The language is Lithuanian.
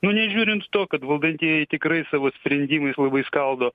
nu nežiūrint to kad valdantieji tikrai savo sprendimais labai skaldo